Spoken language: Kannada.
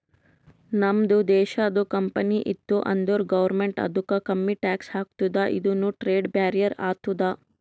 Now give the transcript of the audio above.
ನಮ್ದು ದೇಶದು ಕಂಪನಿ ಇತ್ತು ಅಂದುರ್ ಗೌರ್ಮೆಂಟ್ ಅದುಕ್ಕ ಕಮ್ಮಿ ಟ್ಯಾಕ್ಸ್ ಹಾಕ್ತುದ ಇದುನು ಟ್ರೇಡ್ ಬ್ಯಾರಿಯರ್ ಆತ್ತುದ